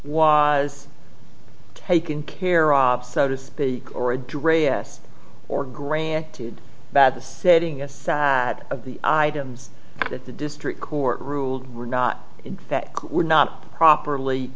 was taken care of so to speak or address or granted that the setting aside of the items that the district court ruled were not in that were not properly